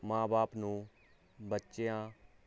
ਮਾਂ ਬਾਪ ਨੂੰ ਬੱਚਿਆਂ